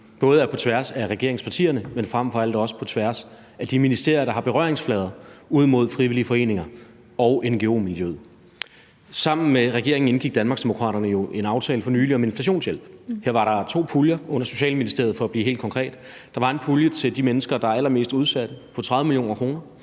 både er på tværs af regeringspartierne, men frem for alt også på tværs af de ministerier, der har berøringsflader ud mod frivillige foreninger og ngo-miljøet. Sammen med regeringen indgik Danmarksdemokraterne jo en aftale for nylig om inflationshjælp. Her var der to puljer under Socialministeriet, for at blive helt konkret: Der var en pulje til de mennesker, der er allermest udsatte, på 30 mio. kr.,